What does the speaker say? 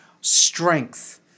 strength